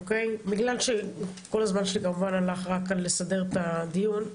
בגלל שכל הזמן שלי הלך רק על לסדר את הדיון,